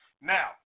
now